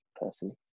personally